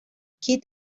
kid